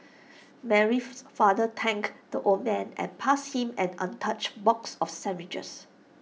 Mary's father thanked the old man and passed him an untouched box of sandwiches